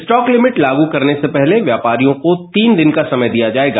stock limit लागू करने से पहले व्यापारियों को तीन दिन का समय दिया जाएगा